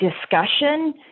discussion